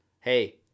hey